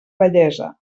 vellesa